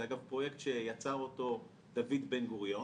אגב פרויקט שיצר אותו דוד בן גוריון